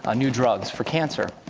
ah new drugs for cancer.